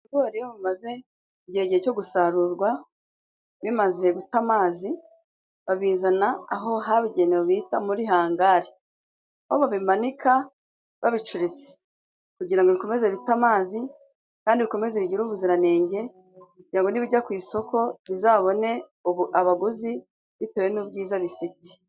Ibigori iyo bimaze igihe igihe cyo gusarurwa bimaze guta amazi, babizana aho habugenewe bita muri hangari, aho babimanika babicuritse kugirango bikomeze bite amazi kandi bikomeze bigire ubuziranenge, kugirango nibijya ku isoko bizabone abaguzi bitewe n'ubwiza bifite.